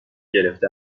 گرفته